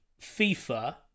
FIFA